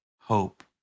hope